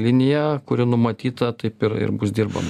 linija kuri numatyta taip ir ir bus dirbama